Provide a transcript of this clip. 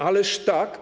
Ależ tak!